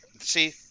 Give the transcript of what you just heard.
see